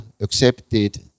accepted